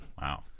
Wow